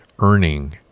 earning